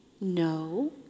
No